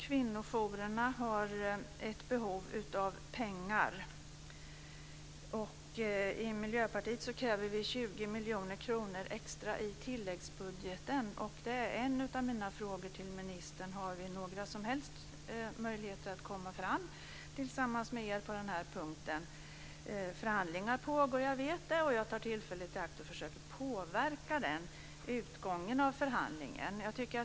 Kvinnojourerna har behov av pengar. Vi i Miljöpartiet kräver 20 miljoner kronor extra i tilläggsbudgeten. En av mina frågor till ministern är om vi har några som helst möjligheter att komma fram tillsammans med er på den punkten. Jag vet att förhandling pågår och tar tillfället i akt att försöka påverka utgången av den förhandlingen.